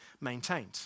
maintained